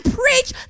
preach